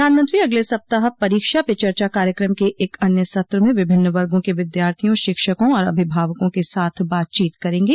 प्रधानमंत्री अगले सप्ताह परीक्षा पे चर्चा कार्यक्रम के एक अन्य सत्र में विभिन्न वर्गों के विद्यार्थियों शिक्षकों और अभिभावकों के साथ बातचीत करेंगे